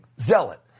zealot